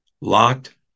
locked